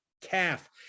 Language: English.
calf